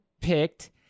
picked